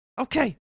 Okay